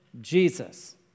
Jesus